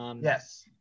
Yes